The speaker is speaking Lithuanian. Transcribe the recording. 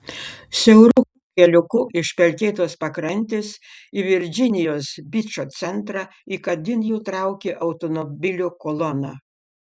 siauru keliuku iš pelkėtos pakrantės į virdžinijos bičo centrą įkandin jų traukė automobilių kolona